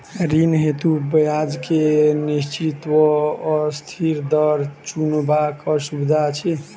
ऋण हेतु ब्याज केँ निश्चित वा अस्थिर दर चुनबाक सुविधा अछि